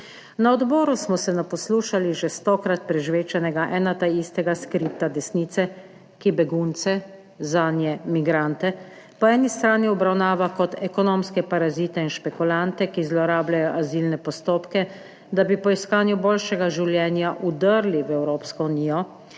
Na odboru smo se naposlušali že stokrat prežvečenega ena ta istega skripta desnice, ki begunce, zanje, migrante po eni strani obravnava kot ekonomske parazite in špekulante, ki zlorabljajo azilne postopke, da bi po iskanju boljšega življenja vdrli v Evropsko unijo,